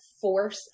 force